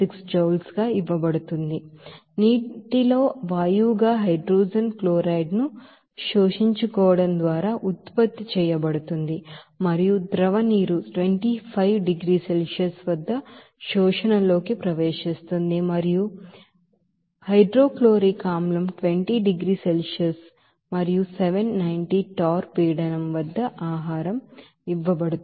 76Joule ఇవ్వబడుతుంది నీటిలో వాయువుగా హైడ్రోజన్ క్లోరైడ్ ను శోషించుకోవడం ద్వారా ఉత్పత్తి చేయబడుతుంది మరియు ద్రవ నీరు 25 డిగ్రీల సెల్సియస్ వద్ద శోషణలోకిగ్రహించుట ప్రవేశిస్తుంది మరియు వాయు హైడ్రోక్లోరిక్ ಆಸಿಡ್ 20 డిగ్రీల సెల్సియస్ మరియు 790 torr పీడనం వద్ద ఆహారం ఇవ్వబడుతుంది